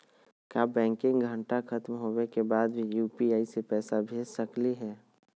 का बैंकिंग घंटा खत्म होवे के बाद भी यू.पी.आई से पैसा भेज सकली हे?